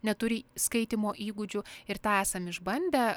neturi skaitymo įgūdžių ir tą esam išbandę